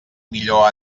millor